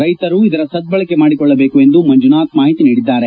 ರೈತರು ಇದನ್ನು ಬಳಸಿಕೊಳ್ಳಬೇಕು ಎಂದು ಮಂಜುನಾಥ್ ಮಾಹಿತಿ ನೀಡಿದ್ದಾರೆ